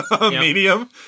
medium